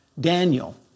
Daniel